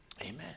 Amen